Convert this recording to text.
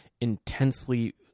intensely